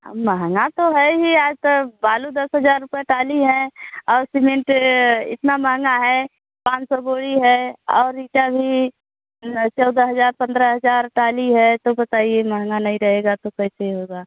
अब महँगा तो है ही आज तो बालू दस हज़ार रुपया टाली है और सिमेंट इतना महँगा है पाँच सौ बोरी है और ईंटा भी चौदह हज़ार पंद्रह हज़ार टाली है तो बताइए महँगा नहीं रहेगा तो कैसे होएगा